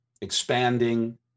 expanding